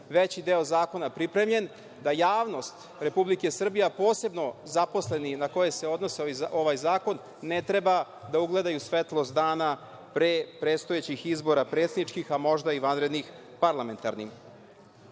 veći deo zakona pripremljen, javnost Republike Srbije, a posebno zaposleni na koje se odnosi ovaj zakon, ne treba da ugledaju svetlost dana pre predstojećih izbora predsedničkih, a možda i vanrednih parlamentarnih. Dakle,